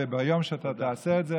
וביום שאתה תעשה את זה,